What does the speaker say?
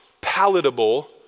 palatable